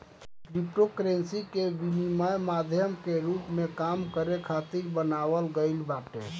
cryptocurrency के विनिमय माध्यम के रूप में काम करे खातिर बनावल गईल बाटे